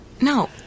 No